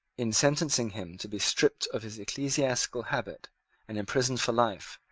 in sentencing him to be stripped of his ecclesiastical habit and imprisoned for life,